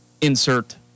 Insert